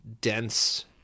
dense